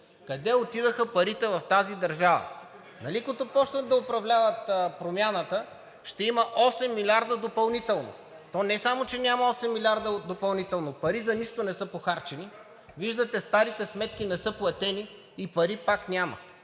Къде отидоха парите в тази държава? Нали като почнат да управляват, Промяната ще има 8 милиарда допълнително. То не само че няма 8 милиарда допълнително пари. За нищо не са похарчени. Виждате, старите сметки не са платени и пари пак няма.